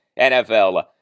NFL